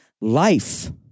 life